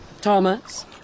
Thomas